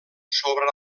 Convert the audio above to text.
sobre